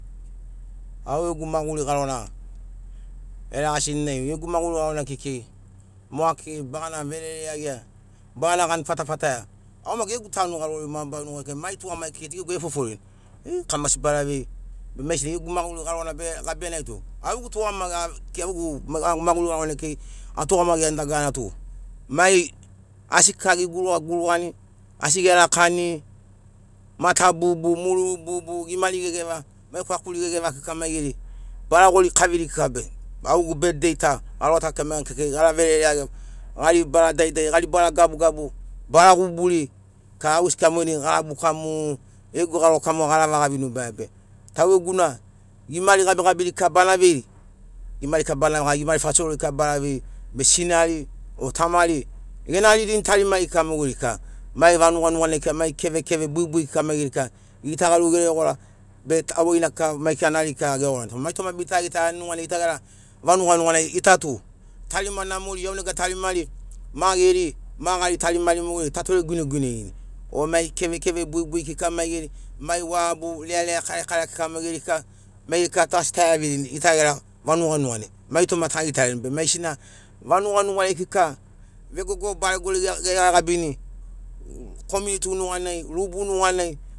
Au gegu maguri garona eragasininai gegu maguri garona kekei moga kekei bagana verere iagia bagana gani fatafata ia au maki gegu tanu garori mabarari nuganai kekei mai tugamagi kekei tu gegu ai efoforini kamasi baravei be mai gesi gegu maguri garona bere gabia nai tu au gegu tugamagi tu maguri garonai kekei atugamagiani dagarana tu mai asi kika geguruga gurugani asi gerakani mata bubu muru bubu gimari gegeva mai kwakuri gegeva kika mai geri bara gorikaviri kika be au gegu betdei ta garo ta kekei maiga kekei gara verereiagia gari bara daridari gari bara gabugabu bara guburi au gesi kika monai ara buka mu gegu garo kekei garavaga vinubaia taugeguna gimari gabigabiri kika bana vei gimari kika gimari fasorori baravei be sinari o tamari genaririni tarimari kika mogeri kika mai vanuga nuganai mai kevekeve buibui kika maigeri kika gitagauri geregora be tauveiri na kika mai kika nariri kika bere gora be mai toma bita gitaiani nuganai vanuga nuganai tarima namori ianega tarimari mageri magari tarimari mogeri tatore guineguinerini o mai kevekeve buibui kika mai geri mai vabu lealea karekare kika mai geri kika mai kika tu asi taiavirini gita gera vanuga nuganai mai toma tagitarini be mai gesina vanuga nugarai kika vegogo baregori geve gabini komiuniti nuganai rubu nuganai